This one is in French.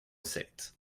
sept